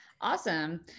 Awesome